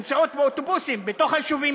הנסיעות באוטובוסים בתוך היישובים,